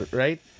right